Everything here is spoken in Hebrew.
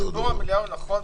סיפור המליאה הוא נכון.